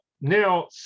now